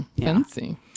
fancy